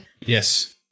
yes